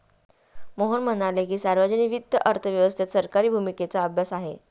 मोहन म्हणाले की, सार्वजनिक वित्त अर्थव्यवस्थेत सरकारी भूमिकेचा अभ्यास आहे